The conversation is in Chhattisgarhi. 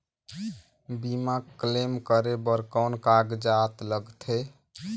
बीमा क्लेम करे बर कौन कागजात लगथे?